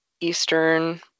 eastern